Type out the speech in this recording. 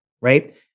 right